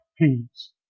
Peace